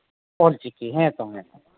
ᱚᱞᱪᱤᱠᱤ ᱦᱮᱸ ᱛᱚ ᱦᱮᱸ ᱦᱮᱸ